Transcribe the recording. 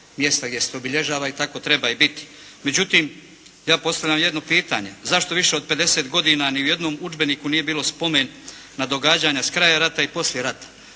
mjesta gdje se to obilježava i tako treba i biti. Međutim, ja postavljam jedno pitanje. zašto više od 50 godine ni u jednom udžbeniku nije bilo spomen na događanja s kraja rata, i poslije rata?